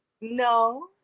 No